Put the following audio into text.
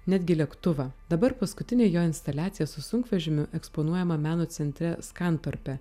netgi lėktuvą dabar paskutinė jo instaliacija su sunkvežimiu eksponuojama meno centre skantorpe